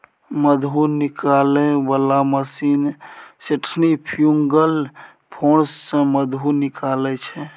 मधु निकालै बला machine centrifugal force सँ मधु निकालै छै